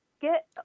get